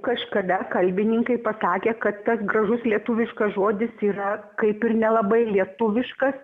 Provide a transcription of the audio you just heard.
kažkada kalbininkai pasakė kad tas gražus lietuviškas žodis yra kaip ir nelabai lietuviškas